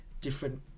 different